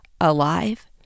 alive